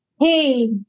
hey